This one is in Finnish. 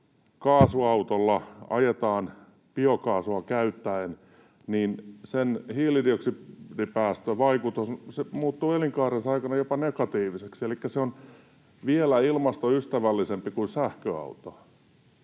kaasuautolla ajetaan biokaasua käyttäen, niin sen hiilidioksidipäästövaikutus muuttuu elinkaarensa aikana jopa negatiiviseksi, elikkä se on vielä ilmastoystävällisempi kuin sähköauto.